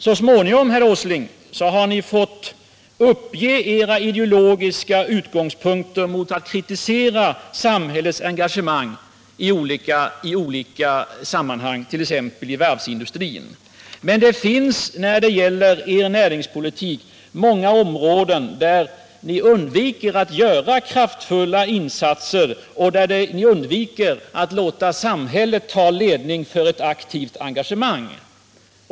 Så småningom har ni, herr Åsling, fått uppge era ideologiska invändningar mot samhällets engagemang, t.ex. i varvsindustrin. Men det finns många områden inom näringspolitiken där ni undviker att göra kraftfulla insatser och där ni undviker att låta samhället ta ledningen för ett aktivt engagemang.